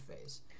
phase